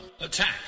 *Attack